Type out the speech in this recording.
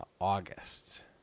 August